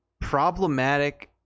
problematic